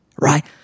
right